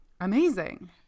Amazing